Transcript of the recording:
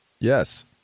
Yes